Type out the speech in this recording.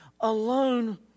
alone